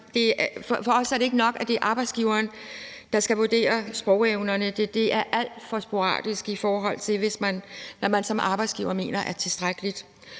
for os ikke er nok, at det er arbejdsgiveren, der skal vurdere sprogevnerne. Det er alt for sporadisk, i forhold til hvad man som arbejdsgiver mener er tilstrækkeligt;